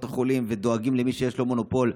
החולים ודואגים למי שיש לו מונופול,